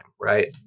right